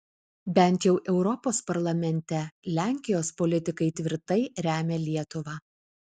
bent jau europos parlamente lenkijos politikai tvirtai remia lietuvą